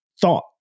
Thought